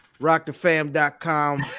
Rockthefam.com